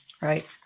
Right